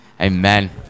amen